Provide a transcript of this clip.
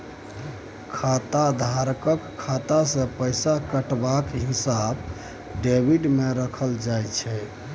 खाताधारकक खाता सँ पैसा कटबाक हिसाब डेबिटमे राखल जाइत छै